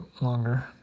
longer